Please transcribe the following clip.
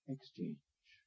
Exchange